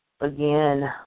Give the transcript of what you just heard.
again